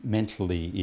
Mentally